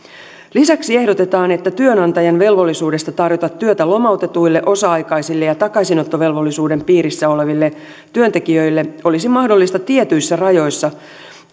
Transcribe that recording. lisäksi ehdotetaan että työnantajan velvollisuudesta tarjota työtä lomautetuille osa aikaisille ja takaisinottovelvollisuuden piirissä oleville työntekijöille olisi mahdollista tietyissä rajatuissa